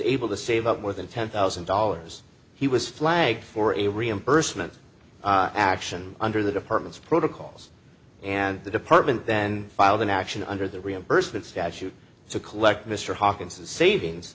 able to save up more than ten thousand dollars he was flagged for a reimbursement action under the department's protocols and the department then filed an action under the reimbursement statute to collect mr hawkins the savings